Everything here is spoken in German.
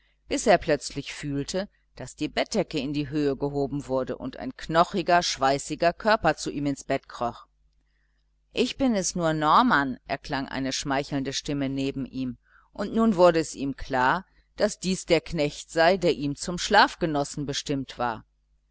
bis er plötzlich fühlte daß die bettdecke in die höhe gehoben wurde und ein knochiger schweißiger körper zu ihm ins bett kroch ich bin es nur norman erklang eine schmeichelnde stimme neben ihm und nun wurde es ihm klar daß dies der knecht sei der ihm zum schlafgenossen bestimmt war